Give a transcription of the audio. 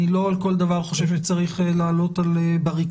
לא על כל דבר אני חושב שצריך לעלות על בריקדות,